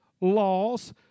laws